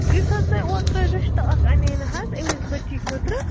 یُس حظ تۄہہِ اوترٕ رِشتہٕ اکھ اَنے نہٕ حظ أمِس بٔچی خٲطرٕ